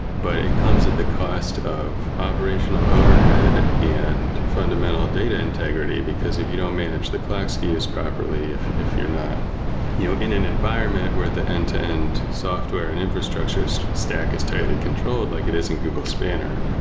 but it comes at the cost of operational overhead and fundamental data integrity, because if you don't manage the clock skews properly, if if you're not you know in an environment where the end-to-end software and infrastructure so stack is tightly controlled, like it is in google spanner,